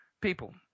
People